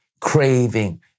craving